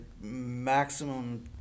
maximum